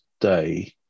day